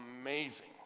amazing